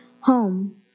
Home